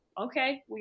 Okay